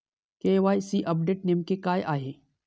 KYC update नेमके काय आहे?